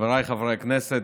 חבריי חברי הכנסת,